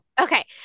Okay